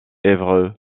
évreux